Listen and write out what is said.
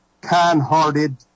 kind-hearted